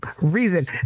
reason